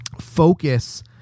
focus